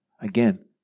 Again